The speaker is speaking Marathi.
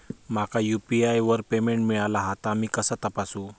माका यू.पी.आय वर पेमेंट मिळाला हा ता मी कसा तपासू?